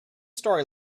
story